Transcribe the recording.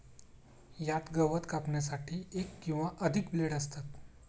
यात गवत कापण्यासाठी एक किंवा अधिक ब्लेड असतात